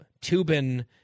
Tubin